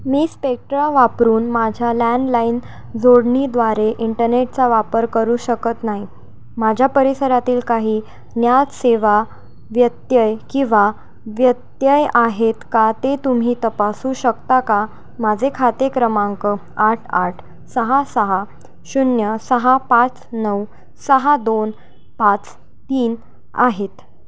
मी Spectra वापरून माझ्या landline जोडणीद्वारे इंटरनेटचा वापर करू शकत नाही माझ्या परिसरातील काही ज्ञात सेवा व्यत्यय किंवा व्यत्यय आहेत का ते तुम्ही तपासू शकता का माझे खाते क्रमांक आठ आठ सहा सहा शून्य सहा पाच नऊ सहा दोन पाच तीन आहेत